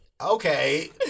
okay